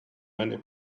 many